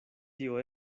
tio